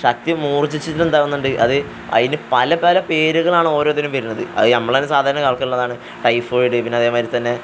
ശക്തി മൂർജ്ജിച്ചിട്ടും എന്താകുന്നുണ്ട് അത് അതിന് പല പല പേരുകളാണ് ഓരോത്തരും വരുന്നത് അത് നമ്മളെന്നെ സാധാരണ കേൾക്കുന്നതാണ് ടൈഫോയ്ഡ് പിന്നെ അതേമാതിരിത്തന്നെ